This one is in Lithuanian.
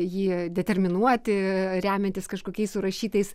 jį determinuoti remiantis kažkokiais surašytais